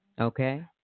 Okay